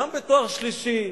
גם בתואר שלישי,